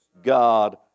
God